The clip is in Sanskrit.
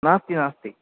नास्ति नास्ति